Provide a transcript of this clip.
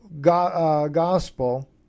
gospel